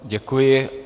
Děkuji.